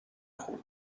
خورد